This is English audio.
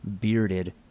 bearded